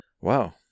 wow